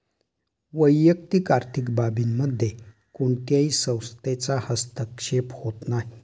वैयक्तिक आर्थिक बाबींमध्ये कोणत्याही संस्थेचा हस्तक्षेप होत नाही